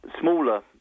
smaller